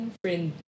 friend